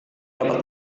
dapat